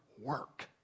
work